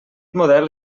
model